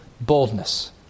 boldness